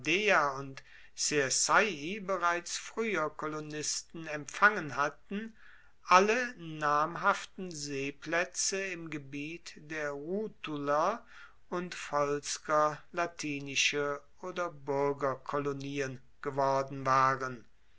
und circeii bereits frueher kolonisten empfangen hatten alle namhaften seeplaetze im gebiet der rutuler und volsker latinische oder buergerkolonien geworden waren